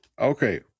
okay